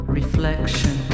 reflection